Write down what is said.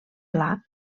pla